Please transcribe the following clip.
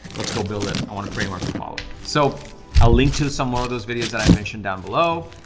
let's go build it, i want a framework to follow. so i'll link to some more of those videos that i mentioned down below,